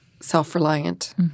self-reliant